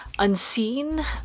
unseen